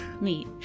meet